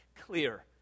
clear